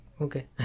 Okay